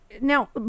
Now